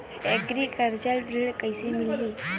Agriculture ऋण कइसे मिलही?